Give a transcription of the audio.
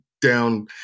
down